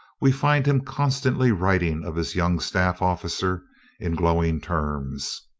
we find him constantly writing of his young staff officer in glowing terms.